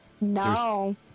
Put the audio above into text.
No